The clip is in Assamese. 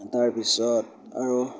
তাৰপিছত আৰু